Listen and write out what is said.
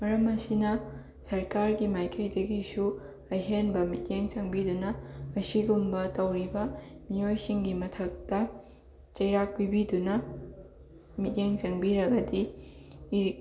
ꯃꯔꯝ ꯑꯁꯤꯅ ꯁꯔꯀꯥꯔꯒꯤ ꯃꯥꯏꯀꯩꯗꯒꯤꯁꯨ ꯑꯍꯦꯟꯕ ꯃꯤꯠꯌꯦꯡ ꯆꯪꯕꯤꯗꯨꯅ ꯑꯁꯤꯒꯨꯝꯕ ꯇꯧꯔꯤꯕ ꯃꯤꯑꯣꯏꯁꯤꯡꯒꯤ ꯃꯊꯛꯇ ꯆꯩꯔꯥꯛ ꯄꯤꯕꯤꯗꯨꯅ ꯃꯤꯠꯌꯦꯡ ꯆꯪꯕꯤꯔꯒꯗꯤ ꯏꯔꯤꯛ